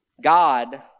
God